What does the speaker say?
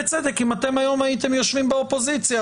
בצדק: אם אתם היום הייתם יושבים באופוזיציה,